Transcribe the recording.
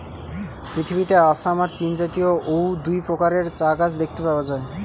পৃথিবীতে আসাম আর চীনজাতীয় অউ দুই প্রকারের চা গাছ দেখতে পাওয়া যায়